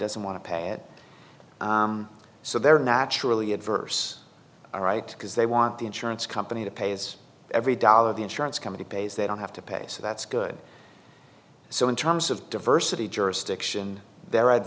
doesn't want to pay it so they're naturally adverse all right because they want the insurance company to pay is every dollar the insurance company pays they don't have to pay so that's good so in terms of diversity jurisdiction they're